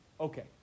Okay